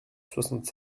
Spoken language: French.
soixante